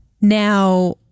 Now